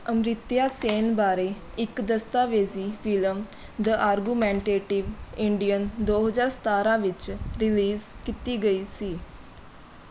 ਅਮ੍ਰਿਤਿਆ ਸੇਨ ਬਾਰੇ ਇੱਕ ਦਸਤਾਵੇਜ਼ੀ ਫਿਲਮ ਦ ਆਰਗੂਮੈਂਟੇਟਿਵ ਇੰਡੀਅਨ ਦੋ ਹਜ਼ਾਰ ਸਤਾਰ੍ਹਾਂ ਵਿੱਚ ਰਿਲੀਜ਼ ਕੀਤੀ ਗਈ ਸੀ